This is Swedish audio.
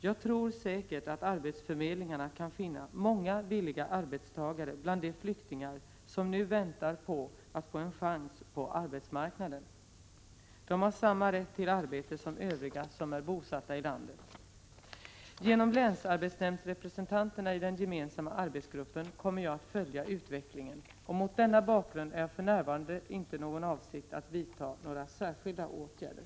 Jag är rätt säker på att arbetsförmedlingarna kan finna många villiga arbetstagare bland de flyktingar som nu väntar på att få en chans på arbetsmarknaden. De har samma rätt till arbete som övriga som är bosatta i landet. Genom länsarbetsnämndsrepresentanterna i den gemensamma arbetsgruppen kommer jag att följa utvecklingen. Mot denna bakgrund har jag för närvarande inte för avsikt att vidta några särskilda åtgärder.